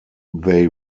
they